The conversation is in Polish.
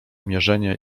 mierzenie